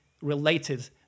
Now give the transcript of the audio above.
related